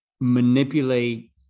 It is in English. manipulate